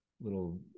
little